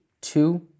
two